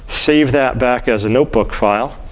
save that back as a notebook file.